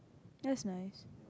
that's nice